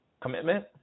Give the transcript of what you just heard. commitment